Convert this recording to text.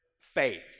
faith